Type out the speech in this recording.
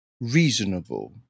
reasonable